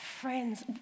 Friends